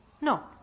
No